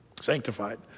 Sanctified